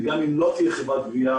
וגם אם לא תהיה חברת גבייה,